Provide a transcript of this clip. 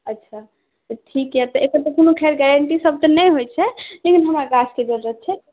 अच्छा तऽ ठीक यऽ एखन तऽ खैर कोनो गारण्टी सभ नहि होइ छै लेकिन हमरा गाछके जरुरत छै